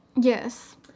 Yes